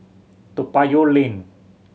Toa Payoh Lane